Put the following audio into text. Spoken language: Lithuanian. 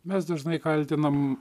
mes dažnai kaltinam